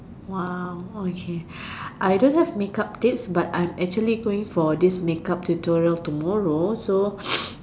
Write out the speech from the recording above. !wah! okay I don't have makeup tips but I'm actually going for this makeup tutorial tomorrow so